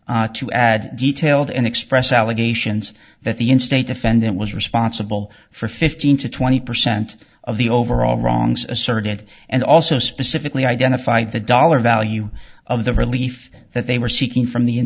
complaint to add detailed and express allegations that the in state defendant was responsible for fifteen to twenty percent of the overall wrongs asserted and also specifically identified the dollar value of the relief that they were seeking from the in